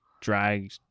drag